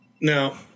Now